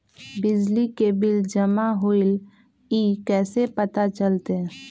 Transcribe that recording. बिजली के बिल जमा होईल ई कैसे पता चलतै?